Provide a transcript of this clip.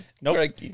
Nope